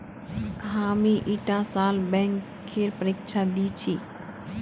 हामी ईटा साल बैंकेर परीक्षा दी छि